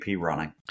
running